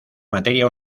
materia